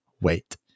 wait